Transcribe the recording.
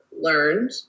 learned